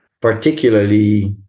particularly